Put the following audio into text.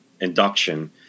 induction